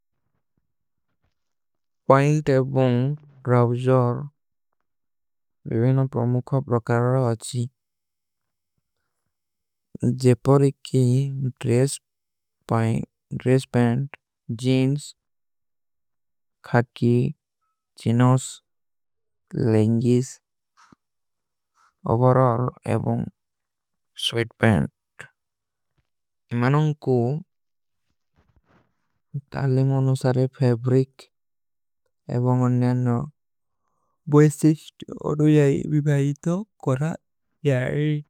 ପାଇଲ୍ଟ ଏବୋଂ ରାଉଜର ଵିଵୀନ ପରମୁଖା ପ୍ରକାରର। ଅଚ୍ଛୀ ଜେପରିକ କୀ dress paint. Jeans, khaki, chinos, leggings, overall. ଏବୋଂ ସ୍ଵୀଟ ପେଂଟ ଇମାନୋଂ କୂ ତାଲେ ମୌନୋସାରେ ଫେବ୍ରିକ। ଏବୋଂ ଓନ୍ଯାନୋଂ ବୁଏସିଶ୍ଟ ଓଡୁଯାଈ ଵିଵାଈତୋ କୋରା ଯାରୀ।